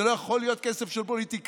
זה לא יכול להיות כסף של פוליטיקאים.